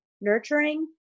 nurturing